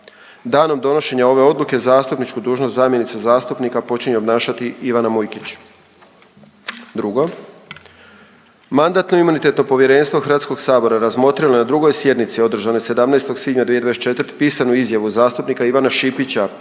Danom donošenja ove odluke zastupničku dužnost zamjenice zastupnika počinje obnašati Ivana Mujkić. Drugo, Mandatno-imunitetno povjerenstvo Hrvatskog sabora razmotrilo je na 2. sjednici održanoj 17. svibnja 2024., pisanu izjavu zastupnika Ivana Šipića